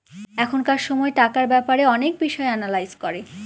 এখনকার সময় টাকার ব্যাপারে অনেক বিষয় এনালাইজ করে